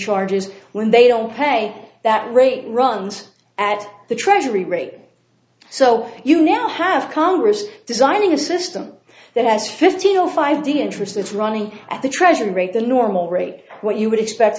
charges when they don't pay that rate runs at the treasury rate so you now have congress designing a system that has fifteen zero five d interest it's running at the treasury rate the normal rate what you would expect